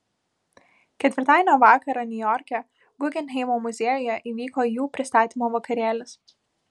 ketvirtadienio vakarą niujorke guggenheimo muziejuje įvyko jų pristatymo vakarėlis